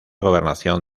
gobernación